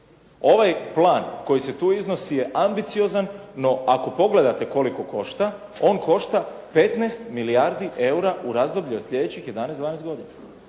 Ovaj plan koji se tu iznosi je ambiciozan, no ako pogledate koliko košta, on košta 15 milijardi eura u razdoblju od sljedećih 11, 12 godina.